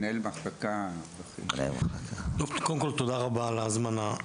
תודה רבע על ההזמנה.